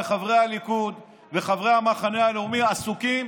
חברי הליכוד וחברי המחנה הלאומי עסוקים